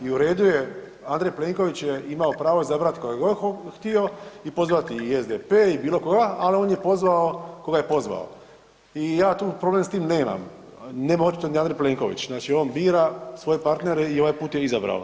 I u redu je Andrej Plenković je imao pravo izabrati koga je god htio i pozvati i SDP i bilo koga, ali on je pozvao koga je pozvao i ja tu problem s tim nemam, nema očito ni Andrej Plenković, znači on bira svoje partnere i ovaj put je izabrao